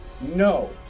No